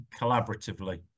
collaboratively